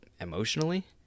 emotionally